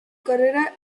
carrera